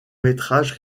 métrage